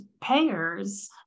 payers